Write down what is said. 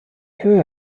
höhe